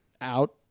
out